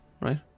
right